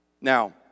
Now